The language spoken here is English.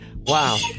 Wow